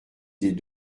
des